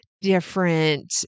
different